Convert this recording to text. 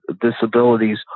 Disabilities